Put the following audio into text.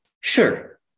Sure